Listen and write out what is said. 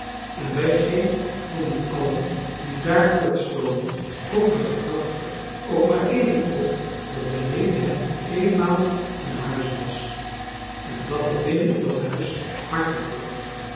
en bij geen van die allen die daar voortstoomen komt de gedachte ook maar even op dat beneden hen eenmaal een huis was en dat er françois haverschmidt familie en kennissen binnen in dat huis harten klopten